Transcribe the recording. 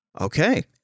Okay